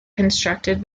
constructed